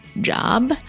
job